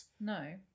No